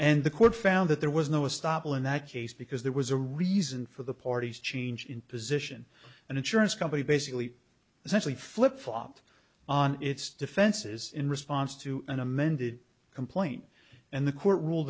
and the court found that there was no a stoppel in that case because there was a reason for the parties change in position an insurance company basically essentially flip flopped on its defenses in response to an amended complaint and the court ruled